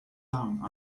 down